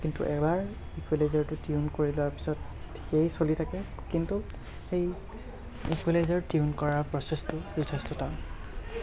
কিন্তু এবাৰ ইকুৱেলাইজাৰটো টিউন কৰি লোৱাৰ পাছত ঠিকেই চলি থাকে কিন্তু সেই ইকুৱেলাইজাৰ টিউন কৰাৰ প্ৰচেচটো যথেষ্ট টান